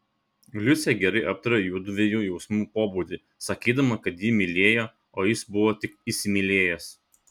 liucė gerai aptarė jųdviejų jausmų pobūdį sakydama kad ji mylėjo o jis buvo tik įsimylėjęs